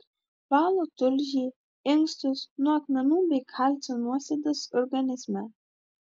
valo tulžį inkstus nuo akmenų bei kalcio nuosėdas organizme